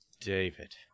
David